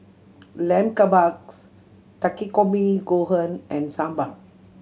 Lamb Kebabs Takikomi Gohan and Sambar